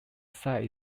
site